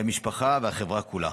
המשפחה והחברה כולה.